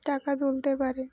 টাকা তুলতে পারে